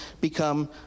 become